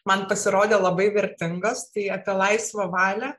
man pasirodė labai vertingos tai apie laisvą valią